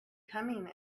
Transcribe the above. coming